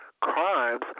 crimes